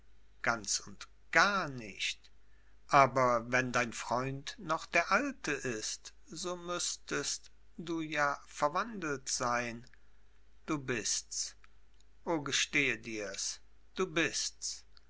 ganz und gar nicht aber wenn dein freund noch der alte ist so müßtest du ja verwandelt sein du bists o gestehe dirs du bists